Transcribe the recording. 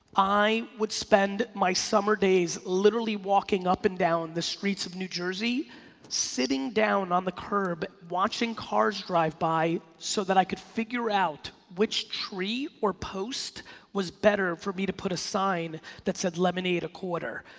i would spend my summer days literally walking up and down the streets of new jersey sitting down on the curb watching cars drive by so that i could figure out which tree or post was better for me to put a sign that said lemonade, a quarter,